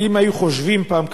כי אם הם היו חושבים כך פעם,